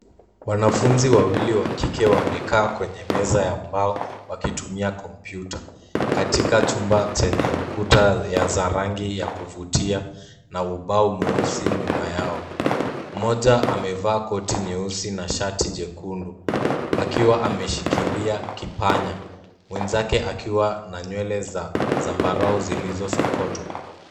Wanafunzi wawili wa kike wamekaa kwenye meza ya mbao, wakitumia kompyuta. Katika chumba chenye kuta ya zarangi ya kuvutia, na ubao mweusi nyuma yao. Mmoja amevaa koti nyeusi na shati jekundu, akiwa ameshikilia kipanya, mwenzake akiwa na nywele za zambarau zilizosokotwa.